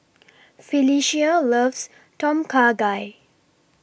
Phylicia loves Tom Kha Gai